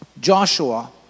Joshua